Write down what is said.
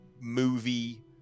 movie